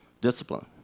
discipline